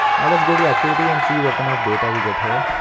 now let's go to activity and see what kind of data we get here.